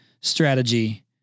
strategy